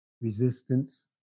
Resistance